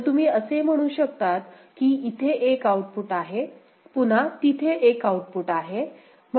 तर तुम्ही असे म्हणू शकतात की इथे एक आउटपुट आहे पुन्हा तिथे एक आउटपुट आहे